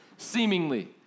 seemingly